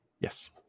Yes